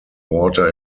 water